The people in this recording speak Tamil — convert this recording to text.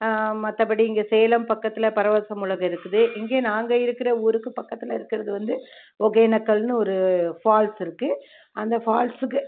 மற்றபடி இங்கே சேலம் பக்கத்தில் பரவச உலகம் இருக்குது இங்கே நாங்கள் இருக்கிற ஊருக்கு பக்கத்தில் இருக்கிறது வந்து ஒகேனக்கல்ன்னு ஒரு ஃபால்ஸ் இருக்குது அந்த ஃபால்ஸ்க்கு